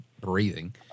breathing